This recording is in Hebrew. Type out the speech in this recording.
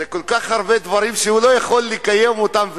זה כל כך הרבה דברים שהוא לא יכול לקיים אותם,